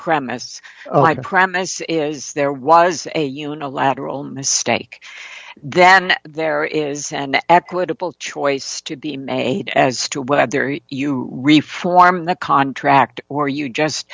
premises premises is there was a unilateral mistake then there is an equitable choice to be made as to whether you reform the contract or you just